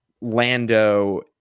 Lando